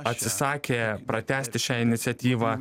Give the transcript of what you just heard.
atsisakė pratęsti šią iniciatyvą